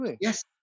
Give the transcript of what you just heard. Yes